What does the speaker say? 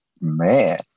man